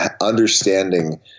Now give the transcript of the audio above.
understanding